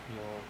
有